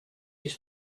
his